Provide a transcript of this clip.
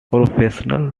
professional